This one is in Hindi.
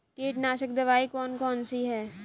कीटनाशक दवाई कौन कौन सी हैं?